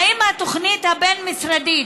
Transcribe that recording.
האם התוכנית הבין-משרדית,